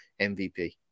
MVP